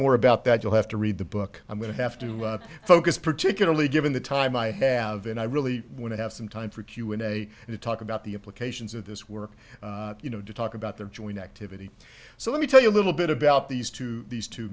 more about that you'll have to read the book i'm going to have to focus particularly given the time i have and i really want to have some time for q and a and to talk about the implications of this work you know to talk about their joint activity so let me tell you a little bit about these two these t